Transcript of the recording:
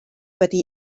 wedi